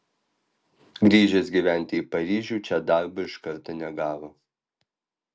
grįžęs gyventi į paryžių čia darbo iš karto negavo